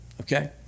okay